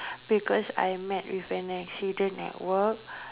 because I met with an accident at work